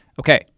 Okay